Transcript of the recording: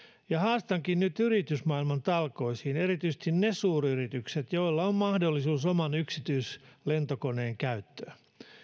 haastankin nyt yritysmaailman talkoisiin erityisesti ne suuryritykset joilla on mahdollisuus oman yksityislentokoneen käyttöön